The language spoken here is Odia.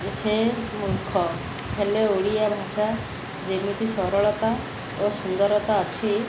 ସେ ମୂର୍ଖ ହେଲେ ଓଡ଼ିଆ ଭାଷା ଯେମିତି ସରଳତା ଓ ସୁନ୍ଦରତା ଅଛି